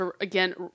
again